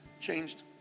changed